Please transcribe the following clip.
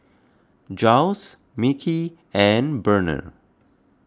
Jiles Micky and Burnell